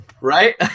right